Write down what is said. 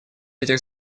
этих